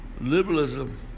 liberalism